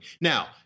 Now